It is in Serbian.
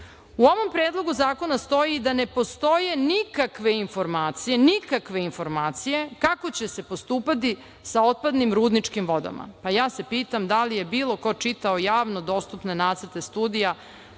ovom predlogu zakona stoji da ne postoje nikakve informacije, nikakve informacije, kako će se postupati sa otpadnim rudničkim vodama. Pa ja se pitam da li je bilo ko čitao javno dostupne nacrte studija,